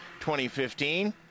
2015